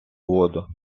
воду